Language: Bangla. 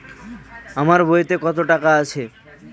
আমার বইতে কত টাকা আছে?